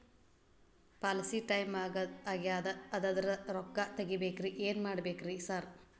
Policy time ಆಗ್ಯಾದ ಅದ್ರದು ರೊಕ್ಕ ತಗಬೇಕ್ರಿ ಏನ್ ಮಾಡ್ಬೇಕ್ ರಿ ಸಾರ್?